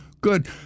Good